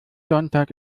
sonntag